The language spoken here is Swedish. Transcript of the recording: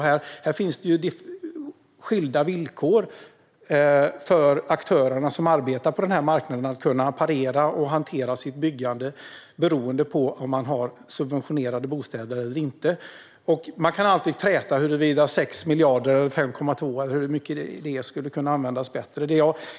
Det är alltså skilda villkor för aktörerna på denna marknad vad gäller att kunna parera och hantera sitt byggande beroende på om de har subventionerade bostäder eller inte. Man kan alltid träta om huruvida 6 miljarder, 5,2 miljarder eller hur mycket det är skulle kunna användas bättre.